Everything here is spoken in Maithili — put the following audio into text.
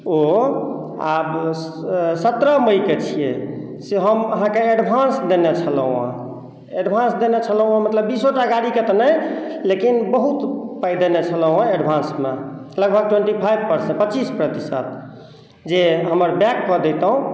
ओ आब सतरह मइके छिए से हम अहाँके एडवांस देने छलहुँ हँ एडवान्स देने छलहुँ हँ मतलब बीसो टा गाड़ीके तऽ नहि लेकिन बहुत पाइ देने छलहुँ हँ एडवान्समे लगभग ट्वेन्टी फाइव परसेन्ट पच्चीस प्रतिशत जे हमर बैक कऽ देतहुँ